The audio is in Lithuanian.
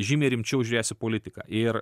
žymiai rimčiau žiūrės į politiką ir